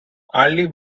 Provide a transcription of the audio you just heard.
early